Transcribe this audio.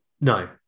no